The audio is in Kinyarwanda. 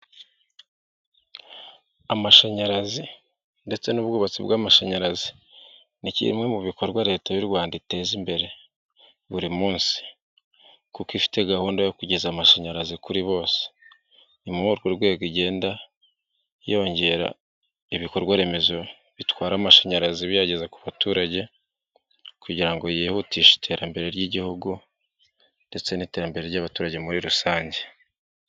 Amashanyarazi ndetse n'ubwubatsi bw'amashanyarazi ni kimwe mu bikorwa leta y'u Rwanda iteza imbere buri munsi, kuko ifite gahunda yo kugeza amashanyarazi kuri bose, ni muri urwo rwego igenda yongera ibikorwa remezo bitwara amashanyarazi biyageza ku baturage, kugira ngo yihutishe iterambere ry'igihugu, ndetse n'iterambere ry'abaturage muri rusange.